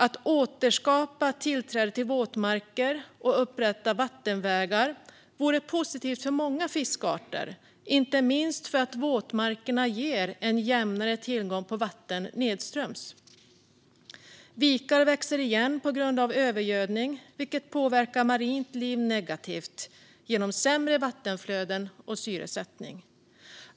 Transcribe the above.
Att återskapa tillträde till våtmarker och upprätta vattenvägar vore positivt för många fiskarter, inte minst för att våtmarkerna ger en jämnare tillgång på vatten nedströms. Vikar växer igen på grund av övergödning, vilket påverkar marint liv negativt genom sämre vattenflöden och syresättning.